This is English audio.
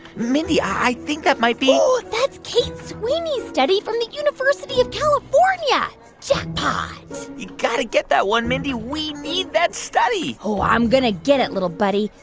mindy, i think that might be. oh, that's kate sweeny's study from the university of california jackpot you got to get that one, mindy. we need that study oh, i'm going to get it, little buddy.